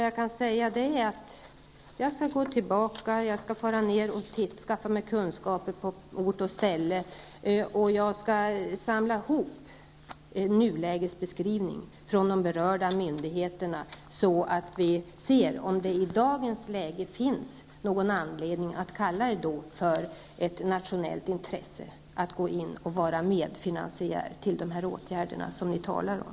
Jag skall emellertid fara ned till Skåne för att på ort och ställe skaffa mig kunskaper, och jag skall samla ihop nulägesbeskrivningar från de berörda myndigheterna så att vi ser om det i dagens läge finns någon anledning att kalla detta för ett nationellt intresse och låta staten gå in och vara medfinansiär när det gäller dessa åtgärder som ni talar om.